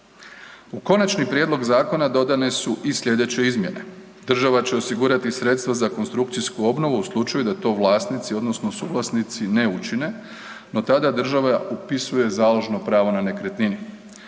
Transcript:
U konačni prijedlog zakona dodane su i sljedeće izmjene. Država će osigurati sredstva za konstrukcijsku obnovu u slučaju da to vlasnici odnosno suvlasnici ne učine, no tada država upisuje založno pravo na nekretninu.